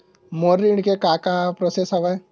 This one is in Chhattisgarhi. मोर ऋण के का का प्रोसेस हवय?